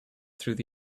through